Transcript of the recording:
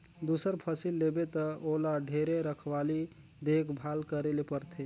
दूसर फसिल लेबे त ओला ढेरे रखवाली देख भाल करे ले परथे